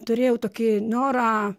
turėjau tokį norą